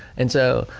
and so